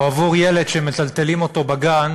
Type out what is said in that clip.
או עבור ילד שמטלטלים אותו בגן,